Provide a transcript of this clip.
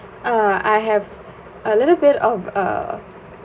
uh I have a little bit of a